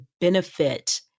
benefit